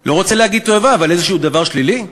לא רוצה להגיד תועבה, אבל איזה דבר שלילי?